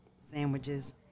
sandwiches